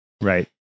Right